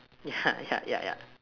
yeah yeah yeah yeah